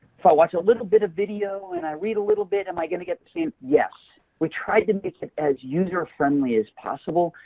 if i watch a little bit of video, and i read a little bit, am i going to get the same yes. we tried to make it as user-friendly as possible,